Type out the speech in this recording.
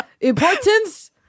importance